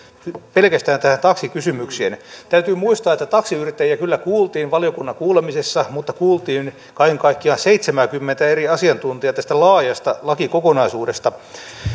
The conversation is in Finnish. pelkästään tähän taksikysymykseen täytyy muistaa että taksiyrittäjiä kyllä kuultiin valiokunnan kuulemisessa mutta kuultiin kaiken kaikkiaan seitsemääkymmentä eri asiantuntijaa tästä laajasta lakikokonaisuudesta